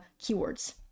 keywords